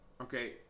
Okay